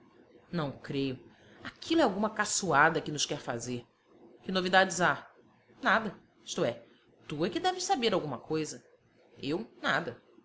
não creio aquilo é alguma caçoada que nos quer fazer que novidades há nada isto é tu é que deves saber alguma coisa eu nada